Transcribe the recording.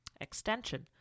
extension